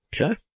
Okay